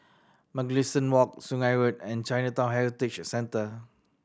Mugliston Walk Sungei Road and Chinatown Heritage Centre